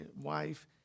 wife